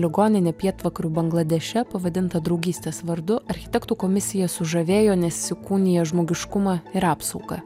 ligoninė pietvakarių bangladeše pavadinta draugystės vardu architektų komisiją sužavėjo nes įkūnija žmogiškumą ir apsaugą